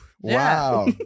wow